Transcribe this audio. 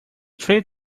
tree